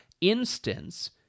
instance